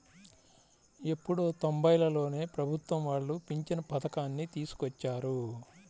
ఎప్పుడో తొంబైలలోనే ప్రభుత్వం వాళ్ళు పింఛను పథకాన్ని తీసుకొచ్చారు